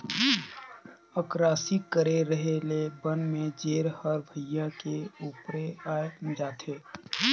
अकरासी करे रहें ले बन में जेर हर भुइयां के उपरे आय जाथे